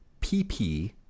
PP